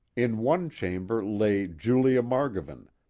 in one chamber lay julia margovan,